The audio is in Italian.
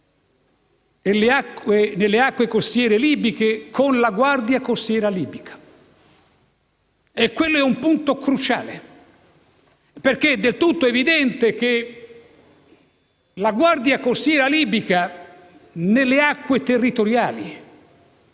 nelle acque costiere libiche, con la Guardia costiera libica. E quello è un punto cruciale, perché è del tutto evidente che nelle acque territoriali